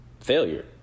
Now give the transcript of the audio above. failure